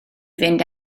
fynd